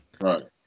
Right